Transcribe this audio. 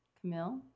Camille